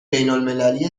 بینالمللی